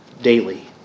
daily